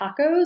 tacos